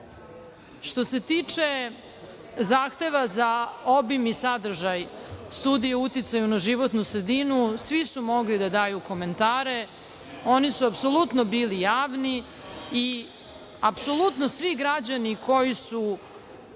se tiče zahteva za obim i sadržaj Studije uticaja na životnu sredinu, svi su mogli da daju komentare, oni su apsolutno bili javni i apsolutno svi građani koji su